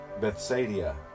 Bethsaida